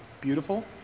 beautiful